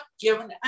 given